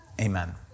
Amen